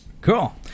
Cool